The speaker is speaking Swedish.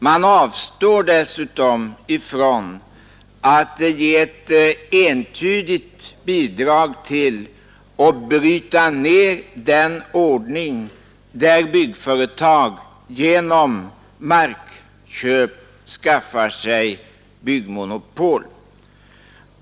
Man avstår dessutom från att ge ett entydigt bidrag till att bryta ner den ordning där byggföretag genom markköp skaffar sig byggmonopol.